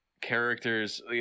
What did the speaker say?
characters